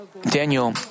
Daniel